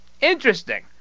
Interesting